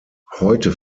heute